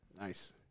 Nice